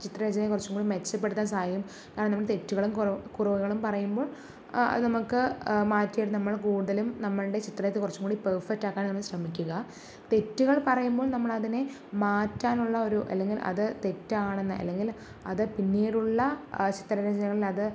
ചിത്ര രചനയെ കുറച്ചുകൂടെ മെച്ചപ്പെടുത്താൻ സഹായിക്കും കാരണം നമ്മള് തെറ്റുകളും കുറവുകളും പറയുമ്പോൾ അത് നമുക്ക് മാറ്റിയെടുക്കാൻ കൂടുതലും നമ്മളുടെ ചിത്രത്തിൽ കുറച്ചും കൂടി പെർഫെക്റ്റ് ആക്കാൻ ശ്രമിക്കുക തെറ്റുകൾ പറയുമ്പോൾ നമ്മൾ അതിനെ മാറ്റാനുള്ള ഒരു അല്ലെങ്കിൽ അത് തെറ്റാണെന്ന് അല്ലെങ്കിൽ അത് പിന്നീടുള്ള ചിത്ര രചനകളിൽ അത്